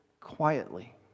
quietly